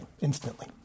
Instantly